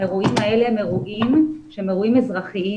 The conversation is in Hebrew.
האירועים האלה הם אירועים שהם אירועים אזרחיים